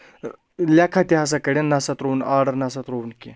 لیٚکھٕ تہِ ہَسا کڑؠن نَسا ترٛووُن آرڈَر نَسا ترٛووُن کینٛہہ